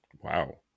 Wow